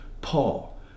Paul